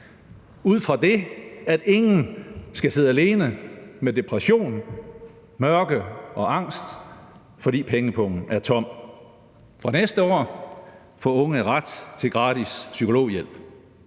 ud fra det, at ingen skal sidde alene med depression, mørke og angst, fordi pengepungen er tom. Og næste år får unge ret til gratis psykologhjælp.